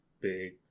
big